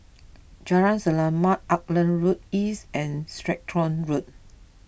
Jalan Selamat Auckland Road East and Stratton Road